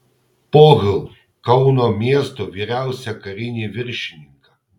pohl kauno miesto vyriausią karinį viršininką